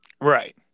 Right